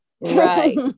Right